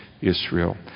Israel